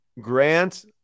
Grant